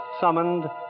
summoned